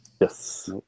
Yes